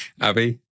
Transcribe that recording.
Abby